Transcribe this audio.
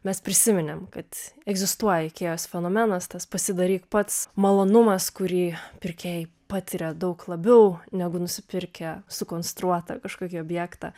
mes prisiminėm kad egzistuoja ikėjos fenomenas tas pasidaryk pats malonumas kurį pirkėjai patiria daug labiau negu nusipirkę sukonstruotą kažkokį objektą